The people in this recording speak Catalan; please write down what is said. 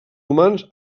humans